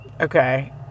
Okay